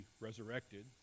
resurrected